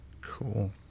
Cool